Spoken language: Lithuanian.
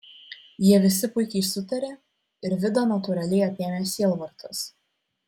jie visi puikiai sutarė ir vidą natūraliai apėmė sielvartas